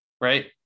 right